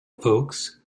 folks